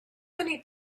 many